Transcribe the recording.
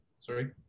sorry